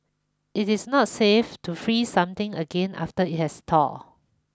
it is not safe to freeze something again after it has thawed